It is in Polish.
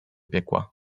piekła